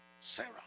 Sarah